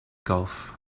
gulf